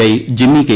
I ജിമ്മി K